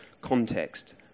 context